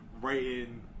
writing